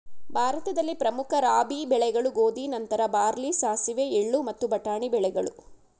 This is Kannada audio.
ಭಾರತದಲ್ಲಿ ಪ್ರಮುಖ ರಾಬಿ ಬೆಳೆಗಳು ಗೋಧಿ ನಂತರ ಬಾರ್ಲಿ ಸಾಸಿವೆ ಎಳ್ಳು ಮತ್ತು ಬಟಾಣಿ ಬೆಳೆಗಳು